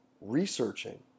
researching